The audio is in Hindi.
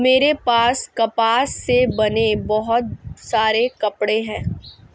मेरे पास कपास से बने बहुत सारे कपड़े हैं